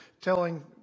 telling